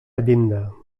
llinda